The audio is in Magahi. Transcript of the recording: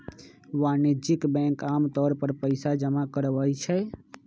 वाणिज्यिक बैंक आमतौर पर पइसा जमा करवई छई